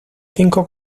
cinco